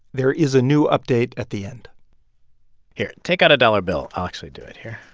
there is a new update at the end here, take out a dollar bill. i'll actually do it. here.